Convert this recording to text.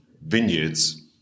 vineyards